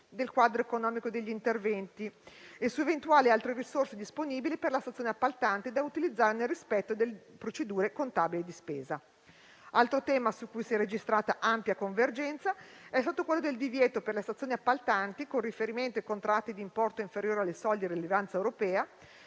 del quadro economico degli interventi e su eventuali altre risorse disponibili per la stazione appaltante da utilizzare nel rispetto delle procedure contabili di spesa. Altro tema su cui si è registrata ampia convergenza è stato quello del divieto per le stazioni appaltanti, con riferimento ai contratti di importo inferiore alle soglie di rilevanza europea,